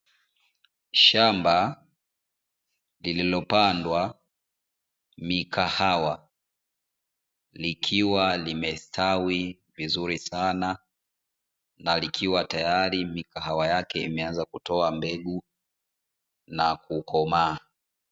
Shamba lililopandwa mikahawa, likiwa limestawi vizuri sana na likiwa tayari mikahawa yake imeanza kutoa mbegu na kukomaa.